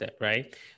right